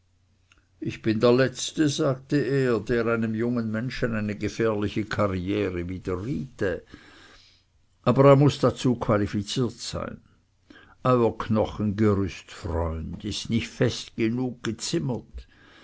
ich bin der letzte sagte er der einem jungen menschen eine gefährliche karriere widerriete aber er muß dazu qualifiziert sein euer knochengerüste freund ist nicht fest genug gezimmert